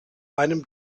einem